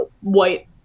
white